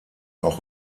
auch